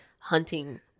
hunting